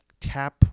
tap